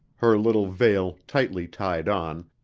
her little veil tightly tied on,